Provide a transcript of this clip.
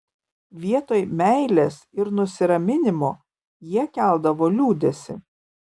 vietoj meilės ir nusiraminimo jie keldavo liūdesį